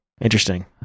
Interesting